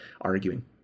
arguing